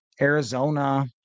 Arizona